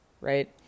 right